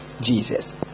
Jesus